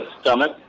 stomach